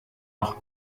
auch